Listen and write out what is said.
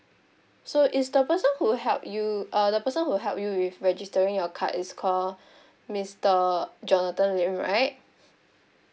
so is the person who help you err the person who help you with registering your card is called mister jonathan lim right